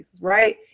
Right